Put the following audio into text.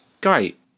Great